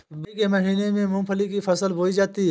जूलाई के महीने में मूंगफली की फसल बोई जाती है